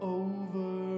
over